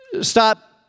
stop